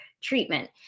treatment